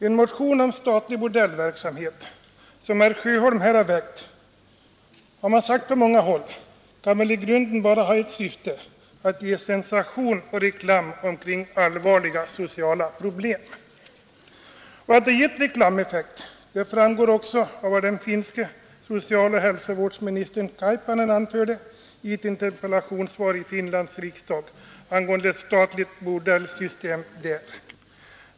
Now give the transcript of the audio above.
En motion om statlig bordellverksamhet, som herr Sjöholm här har väckt, kan i grunden bara ha ett syfte, har man sagt på många håll, nämligen att ge sensation och reklam kring allvarliga sociala problem. Att den givit reklameffekt framgår också av vad den finske socialoch r i Finlands hälsovårdsministern Kaipainen anförde i ett interpellations: riksdag angående ett statligt bordellsystem där.